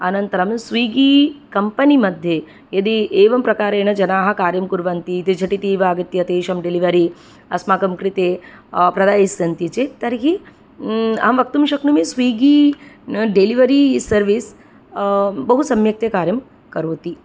अनन्तरं Swiggy company मध्ये यदि एवं प्रकारेण जनाः कार्यं कुर्वन्ति ते झटिति एव आगत्य तेषां डेलिवरी अस्माकं कृते प्रदास्यन्ति चेत् तर्हि अहं वक्तुं शक्नोमि स्विगी डेलिवरी सर्विस् बहुसम्यक्तया कार्यं करोति